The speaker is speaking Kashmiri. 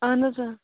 اَہَن حظ